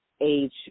age